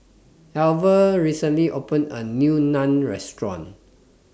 Alver recently opened A New Naan Restaurant